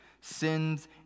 sins